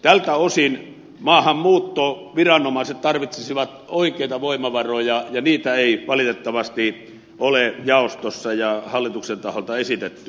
tältä osin maahanmuuttoviranomaiset tarvitsisivat oikeita voimavaroja ja niitä ei valitettavasti ole jaostossa eikä hallituksen taholta esitetty